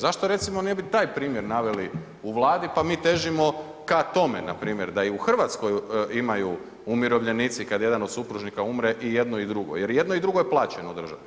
Zašto recimo ne bi taj primjer naveli u Vladi pa mi težimo ka tome npr. da i u Hrvatskoj imaju umirovljenici kada jedan od supružnika umre i jedno i drugo jedno i drugo je plaćeno u državi.